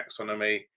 taxonomy